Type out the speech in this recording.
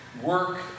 work